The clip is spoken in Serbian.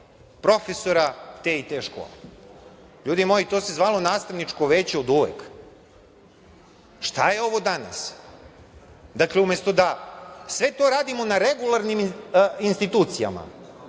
profesora te i te škole. Ljudi moji, to se zvalo "nastavničko veće" od uvek. Šta je ovo danas? Umesto da sve to radimo na regularnim institucijama